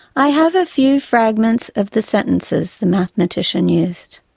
i have a few fragments of the sentences the mathematician used